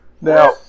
Now